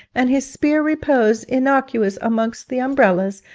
and his spear repose innocuous amongst the umbrellas,